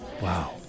Wow